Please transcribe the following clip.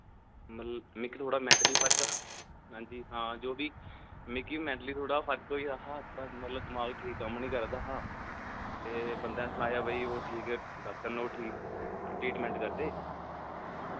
मल मिकी थोह्ड़ा मैन्टली फर्क हा मैन्टली हां जो बी मिकी मैन्टली थोह्ड़ा फर्क होई दा हा थोह्ड़ा मतलब दमाक ठीक कम्म नी करा दा हा ते बंदै सनाया भाई ओह् ठीक डाक्टर न ओह् ठीक ट्रीटमैंट करदे